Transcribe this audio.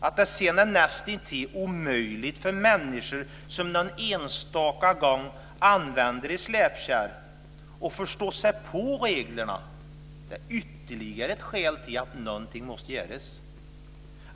Att det sedan är näst intill omöjligt för människor som någon enstaka gång använder släpkärra att förstås sig på reglerna är ytterligare ett skäl för att något måste göras.